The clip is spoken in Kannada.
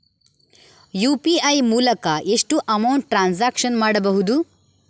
ಯು.ಪಿ.ಐ ಮೂಲಕ ಎಷ್ಟು ಅಮೌಂಟ್ ಟ್ರಾನ್ಸಾಕ್ಷನ್ ಮಾಡಬಹುದು?